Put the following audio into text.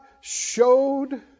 showed